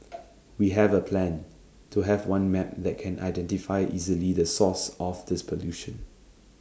we have A plan to have one map that can identify easily the source of this pollution